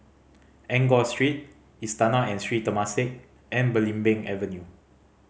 Enggor Street Istana and Sri Temasek and Belimbing Avenue